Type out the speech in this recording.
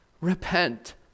repent